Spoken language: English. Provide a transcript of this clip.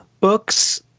books